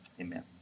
amen